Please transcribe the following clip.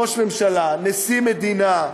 ראש ממשלה, נשיא מדינה,